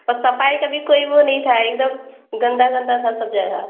اور صفائی کا بھی کوئی وہ نہیں تھا ایک دم گندا گندا تھا سب جگہ